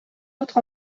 autre